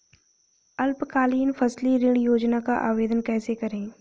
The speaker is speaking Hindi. अल्पकालीन फसली ऋण योजना का आवेदन कैसे करें?